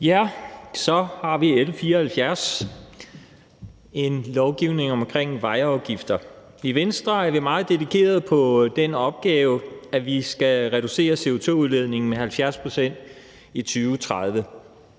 (V): Så har vi L 74, forslag til lov om vejafgift. I Venstre er vi meget dedikerede til den opgave, at vi skal reducere CO2-udledningen med 70 pct. i 2030.